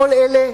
כל אלה,